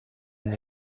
and